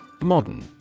Modern